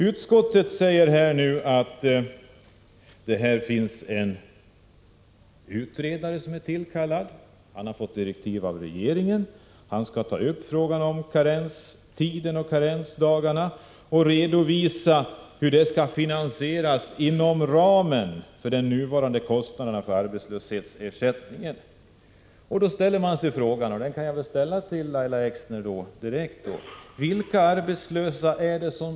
Utskottsmajoriteten säger nu att en tillkallad utredare har fått direktiv av regeringen att ta upp frågan om karensdagarna och redovisa hur ett slopande skall kunna finansieras inom ramen för de nuvarande kostnaderna av arbetslöshetsersättningen. Jag vill i detta sammanhang ställa en fråga till Lahja Exner. Utskottet hänvisar till att denna finansiering skall ske inom de nuvarande ramarna.